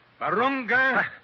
Barunga